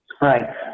Right